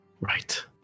Right